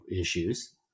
issues